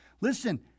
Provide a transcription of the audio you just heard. Listen